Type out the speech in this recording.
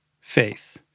faith